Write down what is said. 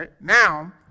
Now